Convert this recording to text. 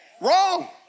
Wrong